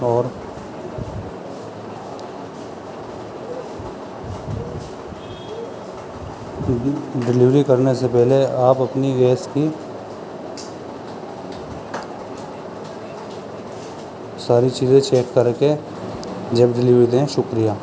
اور ڈلیوری کرنے سے پہلے آپ اپنی گیس کی ساری چیزیں چیک کر کے جب ڈلیوری دیں شکریہ